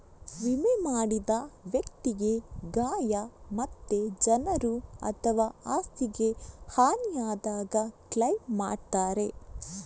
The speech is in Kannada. ವಿಮೆ ಮಾಡಿದ ವ್ಯಕ್ತಿಗೆ ಗಾಯ ಮತ್ತೆ ಜನರು ಅಥವಾ ಆಸ್ತಿಗೆ ಹಾನಿ ಆದಾಗ ಕ್ಲೈಮ್ ಮಾಡ್ತಾರೆ